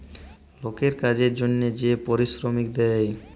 লকের কাজের জনহে যে পারিশ্রমিক দেয়